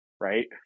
right